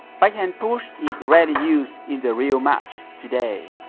backhand push is rarely used in the real match today.